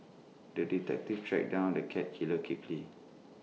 the detective tracked down the cat killer quickly